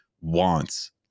wants